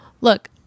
Look